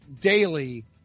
daily